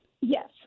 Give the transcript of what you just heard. Yes